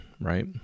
right